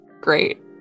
great